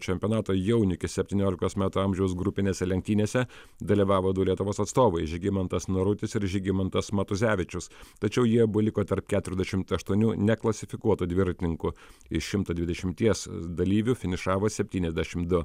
čempionato jaunių iki septyniolikos metų amžiaus grupinėse lenktynėse dalyvavo du lietuvos atstovai žygimantas norutis ir žygimantas matuzevičius tačiau jie abu liko tarp keturiasdešimt aštuonių neklasifikuotų dviratininkų iš šimto dvidešimties dalyvių finišavo septyniasdešim du